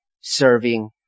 serving